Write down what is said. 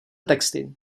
texty